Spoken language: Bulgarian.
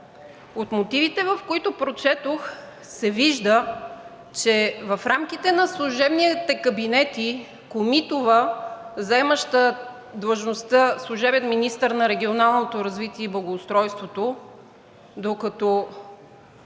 От мотивите, които прочетох, се вижда, че в рамките на служебните кабинети Комитова, заемащата длъжността служебен министър на регионалното развитие и благоустройството,